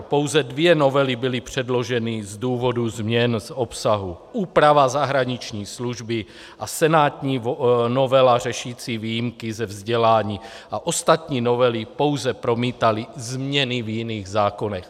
Pouze dvě novely byly předloženy z důvodu změn obsahu úprava zahraniční služby, senátní novela řešící výjimky ze vzdělání a ostatní novely pouze promítaly změny v jiných zákonech.